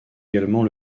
également